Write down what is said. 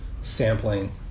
sampling